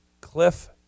Cliff